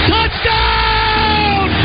Touchdown